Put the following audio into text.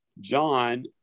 John